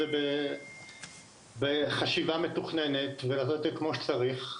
זה בחשיבה מתוכננת ולעשות את זה כמו שצריך,